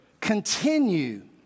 continue